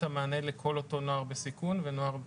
את המענה לכל אותו נוער בסיכון ונוער נושר,